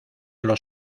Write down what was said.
los